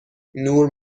نور